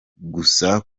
gusa